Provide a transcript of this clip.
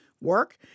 work